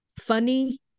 funny